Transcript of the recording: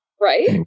Right